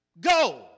go